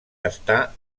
està